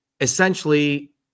essentially